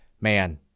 Man